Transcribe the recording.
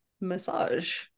massage